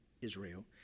Israel